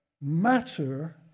matter